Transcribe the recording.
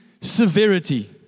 severity